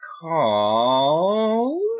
called